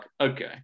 okay